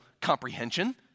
comprehension